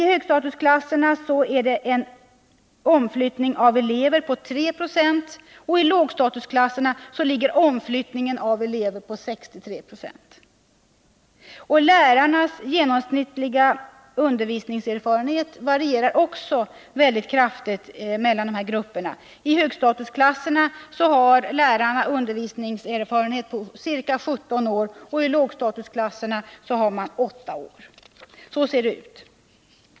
I högstatusklasserna uppgår omflyttningen av elever till 3 90, medan siffran för lågstatusklasserna är 63 76. Lärarnas genomsnittliga undervisningserfarenhet varierar också mycket kraftigt. I högstatusklasserna har lärarna ca 17 års undervisningserfarenhet, medan motsvarande siffra för lågstatusklasserna är 8 år. Så ser det ut.